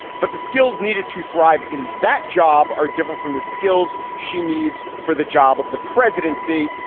but the skills needed to thrive in that job are different from the skills she needs for the job of the presidency.